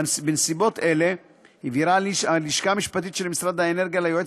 בנסיבות אלו הבהירה הלשכה המשפטית של משרד האנרגיה לייעוץ